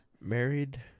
Married